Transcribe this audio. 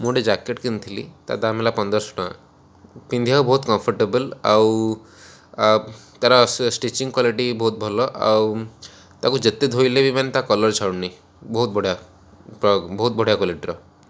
ମୁଁ ଗୋଟେ ଜ୍ୟାକେଟ୍ କିଣିଥିଲି ତା ଦାମ୍ ହେଲା ପନ୍ଦରଶହ ଟଙ୍କା ପିନ୍ଧିବାକୁ ବହୁତ କମ୍ଫର୍ଟେବଲ୍ ଆଉ ତା'ର ଷ୍ଟିଚିଂ କ୍ଵାଲିଟି ବହୁତ ଭଲ ଆଉ ତାକୁ ଯେତେ ଧୋଇଲେ ବି ମାନେ ତା କଲର୍ ଛାଡ଼ୁନି ବହୁତ ବଢ଼ିଆ ବହୁତ ବଢ଼ିଆ କ୍ୱାଲିଟିର